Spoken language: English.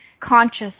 conscious